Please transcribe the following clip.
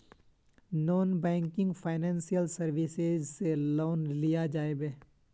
Non banking financial services से loan लिया जाबे?